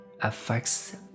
affects